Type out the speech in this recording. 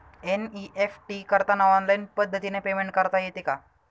NEFT करताना online पद्धतीने payment करता येते का?